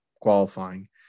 qualifying